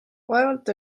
vaevalt